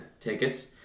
tickets